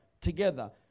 together